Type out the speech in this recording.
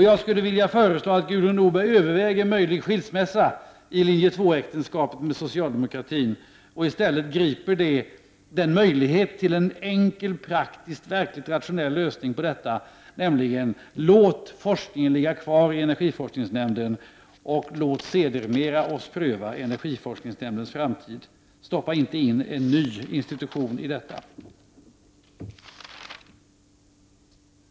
Jag skulle vilja föreslå att Gudrun Norberg överväger en möjlig skilsmässa i Linje 2-äktenskapet med socialdemokratin och i stället griper den möjlighet till en enkel, praktisk, verkligt rationell lösning på detta som går ut på att man låter forskningen ligga kvar i energiforskningsnämnden. Låt oss sedermera pröva energiforskningsnämndens framtid i stället för att stoppa in en ny institution i detta.